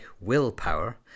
Willpower